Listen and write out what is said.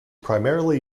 primarily